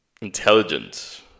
Intelligent